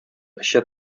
эчә